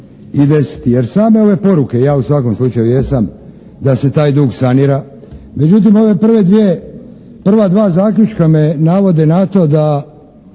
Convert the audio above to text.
i desiti. Jer same ove poruke, ja u svakom slučaju jesam da se taj dug sanira. Međutim ove prve dvije, prva dva zaključka me navode na to da